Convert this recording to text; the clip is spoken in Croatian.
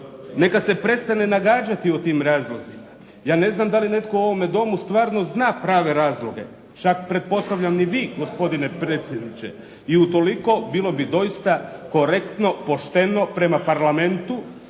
Neka se prestane nagađati o tim razlozima. Ja ne znam da li netko u ovome domu stvarno zna prave razloge, čak pretpostavljam ni vi, gospodine predsjedniče. I utoliko bilo bi doista korektno, pošteno prema Parlamentu